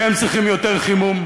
כי הם צריכים יותר חימום,